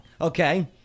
okay